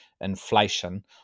inflation